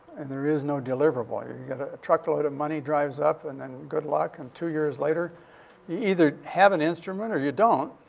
and there is no deliverable. you get a. a truckload of money drives up and then good luck. and two years later, you either have an instrument or you don't.